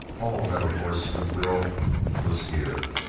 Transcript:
all that a horse could will was here,